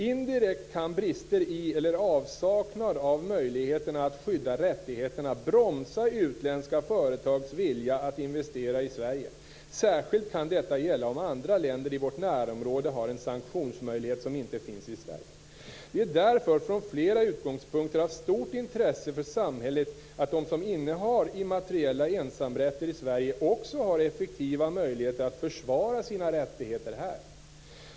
Indirekt kan brister i eller avsaknad av möjligheterna att skydda rättigheterna bromsa utländska företags vilja att investera i Sverige, särskilt kan detta gälla om andra länder i vårt närområde har en sanktionsmöjlighet som inte finns i Sverige. Det är därför, från flera utgångspunkter, av stort intresse för samhället att de som innehar immateriella ensamrätter i Sverige också har effektiva möjligheter att försvara sina rättigheter här.